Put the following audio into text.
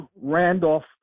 Randolph